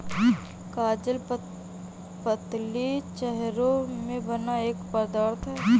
कागज पतली चद्दरों से बना एक पदार्थ है